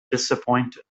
disappointed